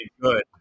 good